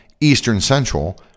eastern-central